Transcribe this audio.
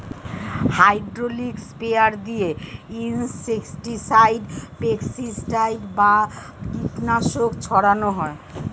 hydraulic sprayer দিয়ে insecticide, pesticide বা কীটনাশক ছড়ান হয়